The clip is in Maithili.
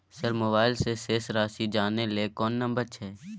सर मोबाइल से शेस राशि जानय ल कोन नंबर छै?